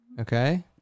okay